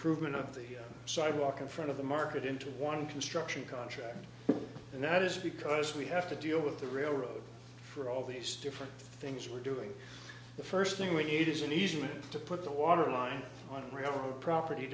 improvement of the sidewalk in front of the market into one construction contractor and that is because we have to deal with the railroad for all these different things we're doing the first thing we need is an easement to put the waterline on railroad property